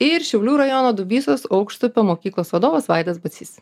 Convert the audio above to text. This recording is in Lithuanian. ir šiaulių rajono dubysos aukštupio mokyklos vadovas vaidas bacys